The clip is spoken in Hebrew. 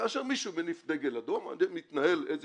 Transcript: וכאשר מישהו מניף דגל אדום מתנהל איזה